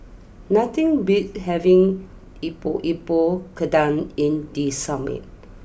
nothing beats having Epok Epok Kentang in the summer